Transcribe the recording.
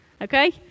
Okay